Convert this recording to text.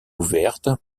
ouverte